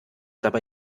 dabei